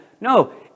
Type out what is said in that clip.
No